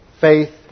faith